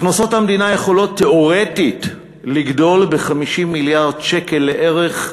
הכנסות המדינה יכולות תיאורטית לגדול ב-50 מיליארד שקל לערך,